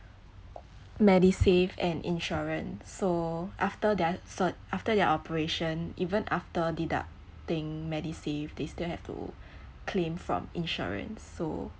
medisave and insurance so after their so after their operation even after deducting medisave they still have to claim from insurance so